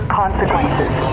consequences